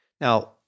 Now